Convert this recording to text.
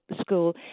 school